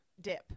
Dip